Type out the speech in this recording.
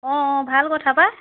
অঁ অঁ ভাল কথা পাই